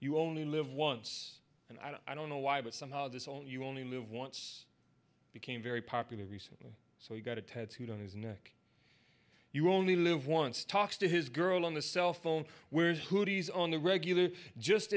you only live once and i don't know why but somehow this all you only live once became very popular recently so you got a tattooed on his neck you only live once talks to his girl on the cell phone wears on the regular just